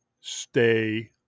Stay